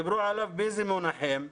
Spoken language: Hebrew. דיברו עליו באיזה מונחים?